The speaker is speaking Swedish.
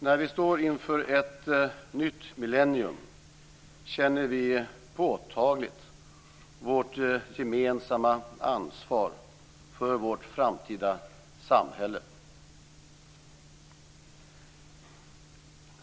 När vi står inför ett nytt millenium känner vi påtagligt vårt gemensamma ansvar för vårt framtida samhälle.